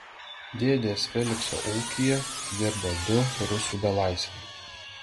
dėdės felikso ūkyje dirbo du rusų belaisviai